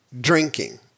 drinking